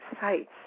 sites